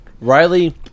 Riley